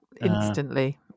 instantly